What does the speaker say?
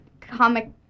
comic